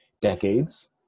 decades